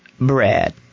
Brad